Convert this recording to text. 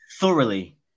Thoroughly